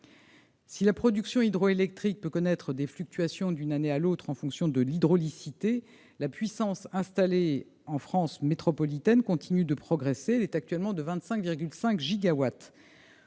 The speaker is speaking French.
Si la production hydroélectrique peut connaître des fluctuations d'une année à l'autre en fonction de l'hydraulicité, la puissance installée en France métropolitaine continue de progresser ; elle est actuellement de 25,5 gigawatts.